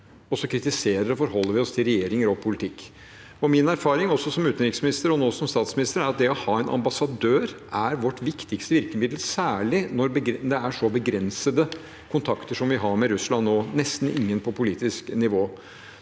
og så kritiserer og forholder vi oss til regjeringer og politikk. Min erfaring også som utenriksminister, og nå som statsminister, er at det å ha en ambassadør er vårt viktigste virkemiddel, særlig når det er så begrenset kontakt som vi har med Russland nå – nesten ingen på politisk nivå.